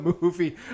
movie